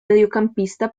mediocampista